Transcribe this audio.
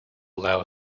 allow